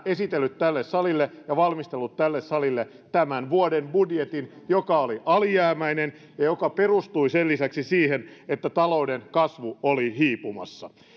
esitellyt tälle salille ja valmistellut tälle salille tämän vuoden budjetin joka oli alijäämäinen ja joka perustui sen lisäksi siihen että talouden kasvu oli hiipumassa